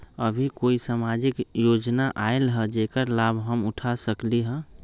अभी कोई सामाजिक योजना आयल है जेकर लाभ हम उठा सकली ह?